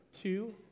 two